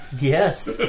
Yes